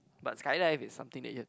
but sky dive is something that you have to